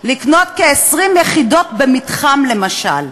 לקנות כ-20 יחידות במתחם למשל.